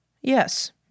Yes